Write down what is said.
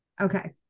Okay